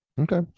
Okay